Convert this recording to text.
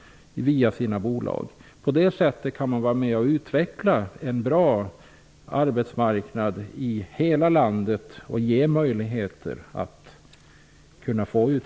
På det sättet kan en bra arbetsmarknad utvecklas i hela landet.